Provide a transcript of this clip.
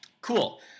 Cool